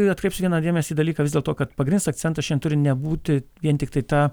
atkreipsiu vieną dėmesį į dalyką vis dėlto kad pagrindinis akcentas šiandien turi nebūti vien tiktai ta